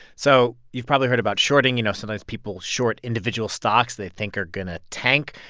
so you've probably heard about shorting you know, sometimes people short individual stocks they think are going to tank.